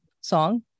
song